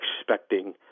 expecting